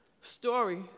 story